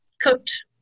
cooked